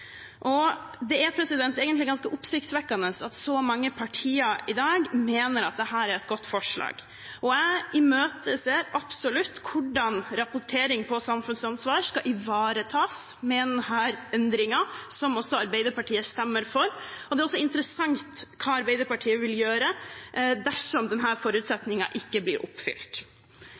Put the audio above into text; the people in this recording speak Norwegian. Det er egentlig ganske oppsiktsvekkende at så mange partier i dag mener dette er et godt forslag. Jeg imøteser absolutt hvordan rapportering om samfunnsansvar skal ivaretas med denne endringen, som også Arbeiderpartiet stemmer for. Det er også interessant hva Arbeiderpartiet vil gjøre dersom denne forutsetningen ikke blir oppfylt.